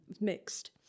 mixed